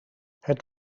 het